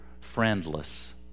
friendless